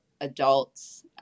adults